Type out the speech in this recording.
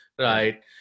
Right